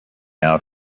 out